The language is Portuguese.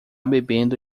bebendo